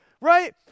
Right